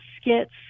skits